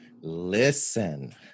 Listen